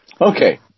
Okay